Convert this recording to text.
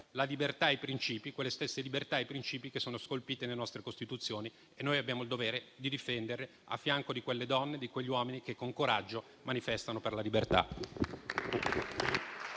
la libertà e i principi; quelle stesse libertà e principi che sono scolpiti nelle nostre Costituzioni e che abbiamo il dovere di difendere, a fianco di quelle donne e di quegli uomini che con coraggio manifestano per la libertà.